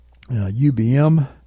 UBM